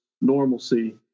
normalcy